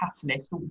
catalyst